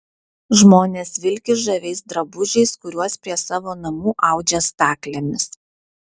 žmonės vilki žaviais drabužiais kuriuos prie savo namų audžia staklėmis